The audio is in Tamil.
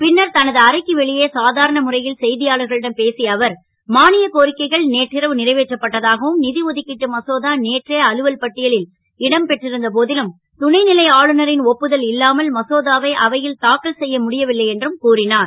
பின்னர் தமது அறைக்கு வெளியே சாதாரண முறை ல் செ யாளர்களிடம் பேசிய அவர் மா ய கோரிக்கைகள் நேற்றிரவு றைவேற்றப் பட்டதாகவும் ஒதுக்கிட்டு மசோதா நேற்றே அலுவல் பட்டியலில் இடம் பெற்றிருந்த போ லும் துணை லை ஆளுநரின் ஒப்புதல் இல்லாமல் மசோதாவை அவை ல் தாக்கல் செ ய முடியவில்லை என்றும் கூறினார்